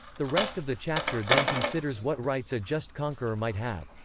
the rest of the chapter then considers what rights a just conqueror might have.